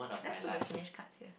let's put the finish card here